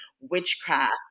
witchcraft